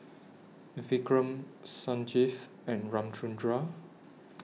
Vikram Sanjeev and Ramchundra